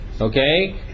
okay